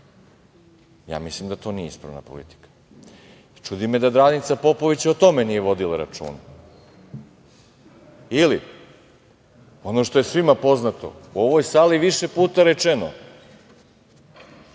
Ja mislim da to nije ispravna politika. Čudi me da Danica Popović o tome nije vodila računa. Ili ono što je svima poznato, u ovoj sali više puta rečeno,